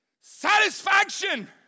satisfaction